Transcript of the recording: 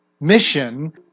mission